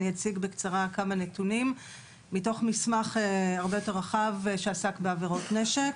אציג בקצרה כמה נתונים מתוך מסמך הרבה יותר רחב שעסק בעבירות נשק.